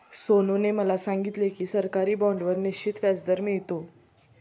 सोनूने मला सांगितले की सरकारी बाँडवर निश्चित व्याजदर मिळतो